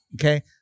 okay